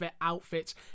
outfits